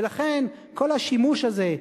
ולכן כל השימוש הזה,